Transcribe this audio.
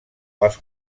els